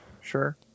Sure